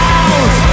out